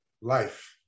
life